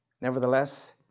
nevertheless